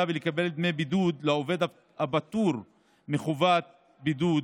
ולקבל דמי בידוד לעובד הפטור מחובת בידוד